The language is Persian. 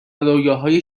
رویاهای